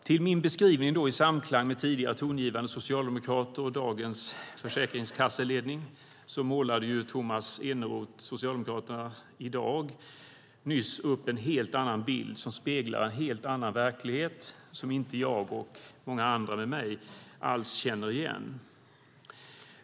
Till min beskrivning i samklang med tidigare tongivande socialdemokrater och dagens försäkringskasseledning målade Tomas Eneroth, Socialdemokraterna, nyss upp en helt annan bild som speglar en helt annan verklighet, som jag och många andra med mig inte alls känner igen.